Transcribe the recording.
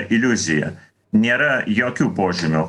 iliuzija nėra jokių požymių